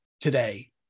today